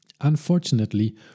Unfortunately